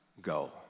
go